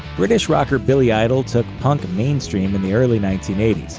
british rocker billy idol took punk mainstream in the early nineteen eighty s.